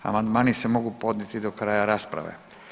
Amandmani se mogu podnijeti do kraja rasprave.